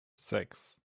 sechs